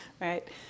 right